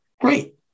great